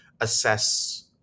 assess